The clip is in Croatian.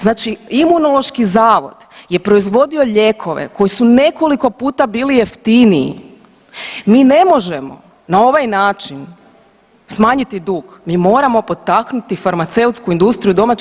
Znači Imunološki zavod je proizvodio lijekove koji su nekoliko puta bili jeftiniji, mi ne možemo na ovaj način smanjiti dug, mi moramo potaknuti farmaceutsku industriju domaću.